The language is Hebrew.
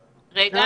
גרוטו.